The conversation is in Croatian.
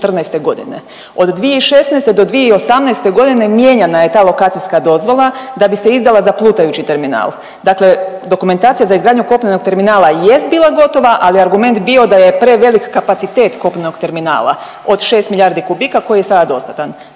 od 2016. do 2018.g. mijenjana je ta lokacijska dozvola da bi se izdala za plutajući terminal, dakle dokumentacija za izgradnju kopnenog terminala jest bila gotova, ali je argument bio da je prevelik kapacitet kopnenog terminala od 6 milijardi kubika koji je sada dostatan,